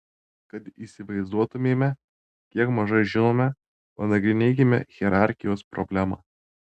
kad įsivaizduotumėme kiek mažai žinome panagrinėkime hierarchijos problemą